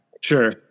Sure